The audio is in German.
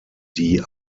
die